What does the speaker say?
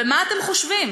ומה אתם חושבים?